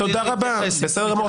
בסדר גמור.